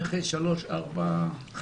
11